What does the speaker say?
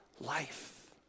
life